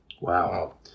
Wow